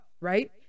right